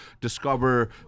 discover